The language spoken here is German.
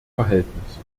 verhältnis